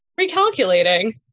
recalculating